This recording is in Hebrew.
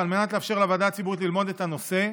ועל מנת לאפשר לוועדה הציבורית ללמוד את הנושא,